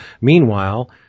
Meanwhile